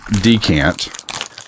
decant